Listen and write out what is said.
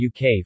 UK